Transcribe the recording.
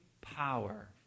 power